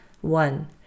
one